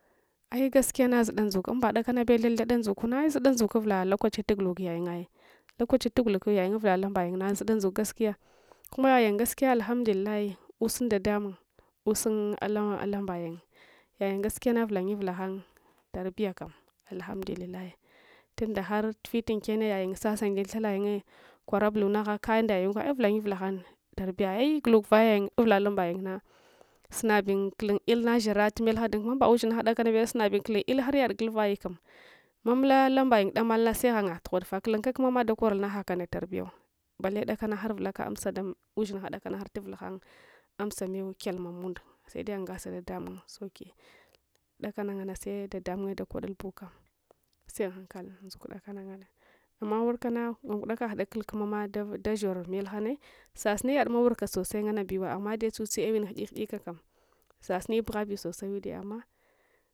Ai' gaskiyana zuda ngzuk amba dakanabe thad thada ndzukuna ai’ zuda ndzuk uvula lokachiya tuguluk yoyungai lokachiya tuguluk yayung uvula lambayung nah zuda ndzuk gaskiya kirma yayung gaslaiya alhamdullilahi usung de damung usung ana alumbayung yayung gaskiya vulangye vulaghang tarbiya kam alhamdulillahi tunda ghartufitun kenne yayung sasayung dun thayunye kwarabuluna agna kaya nda yayunguna ai vulaye vulaghan tarbiya ai gulukvayayayung uwla lambayung nasunsbuyun kullun ilna sherstu melha dun umba ushingha dalanabesunabe kulluntu il haryad guluf vayeliam mamula alumbayung damalns seghangayeng tughod tarbiysu balle dakang harvulaka amma ushingha delians hartuvughan amsa mew kyalm munda sede ungass dcdamung sauki dalcanangana sededemungye takodupbulcam se unhankal ndzukskudkans nganne amms wurkana gungude kagh dalulkums de shor melhant sasunayadms wurkq sosai nganabews amma dai tsuse lwvengwws glunils kalaam sasuni bughabi sosayude amma